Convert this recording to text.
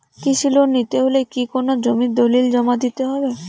কৃষি লোন নিতে হলে কি কোনো জমির দলিল জমা দিতে হবে?